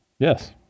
Yes